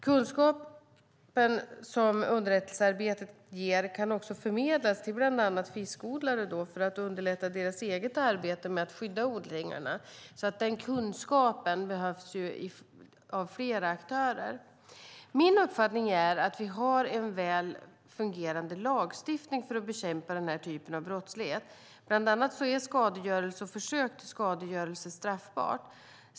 Kunskapen som underrättelsearbetet ger kan också förmedlas till bland annat fiskodlare för att underlätta deras eget arbete med att skydda odlingarna. Den kunskapen behövs av flera aktörer. Min uppfattning är att vi har en väl fungerande lagstiftning för att bekämpa den här typen av brottslighet. Bland annat är skadegörelse och försök till skadegörelse straffbart.